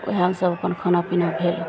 वएहमे सब अपन खाना पिना भेल